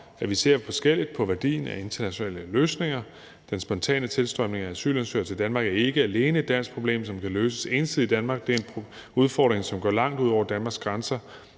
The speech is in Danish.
at vi ser forskelligt på værdien af internationale løsninger. Den spontane tilstrømning af asylansøgere til Danmark er ikke alene et dansk problem, som kan løses ensidigt i Danmark; det er en udfordring, som går langt ud over Danmarks grænser,